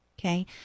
okay